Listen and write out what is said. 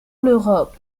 l’europe